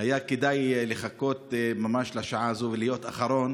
היה כדאי לחכות ממש לשעה הזאת ולהיות אחרון